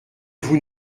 vous